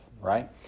right